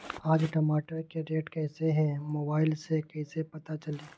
आज टमाटर के रेट कईसे हैं मोबाईल से कईसे पता चली?